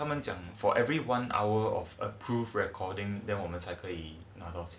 他们讲 for every one hour of approve recording then 我们才可以拿到钱